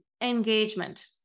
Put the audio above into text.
engagement